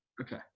Okay